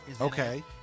Okay